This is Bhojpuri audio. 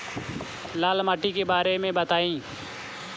लाल माटी के बारे में बताई